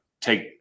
take